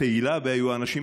באיחור די ניכר,